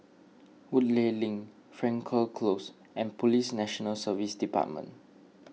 Woodleigh Link Frankel Close and Police National Service Department